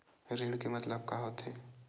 ऋण के मतलब का होथे?